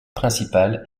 principale